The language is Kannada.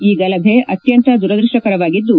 ಈ ಗಲಭೆ ಅತ್ಯಂತ ದುರದೃಷ್ಷಕರವಾಗಿದ್ದು